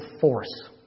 force